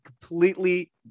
completely